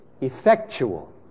effectual